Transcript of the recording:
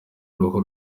uruhu